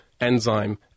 enzyme